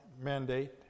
mandate